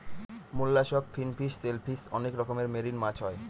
mollusc, finfish, shellfish অনেক রকমের marine মাছ হয়